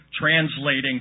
Translating